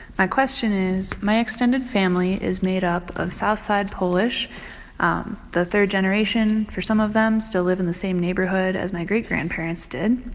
my question is, my extended family is made up of south side polish um the third generation for some of them still live in the same neighborhood as my great-grandparents did.